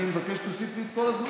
אני מבקש שתוסיף לי את כל הזמן.